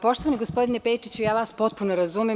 Poštovani gospodine Pejčiću, ja vas potpuno razumem.